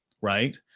right